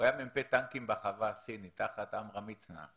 הוא היה מ"פ טנקים בחווה הסינית תחת עמרם מצנע,